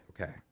Okay